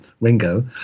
Ringo